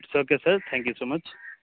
it's okay sir thank you so much